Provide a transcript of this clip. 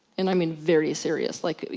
and i mean very serious, like,